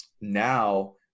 now